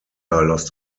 lost